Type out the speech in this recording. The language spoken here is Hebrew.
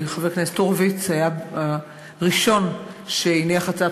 חבר הכנסת הורוביץ היה הראשון שהניח הצעת